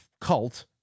cult